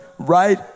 right